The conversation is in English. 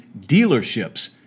dealerships